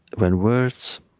when words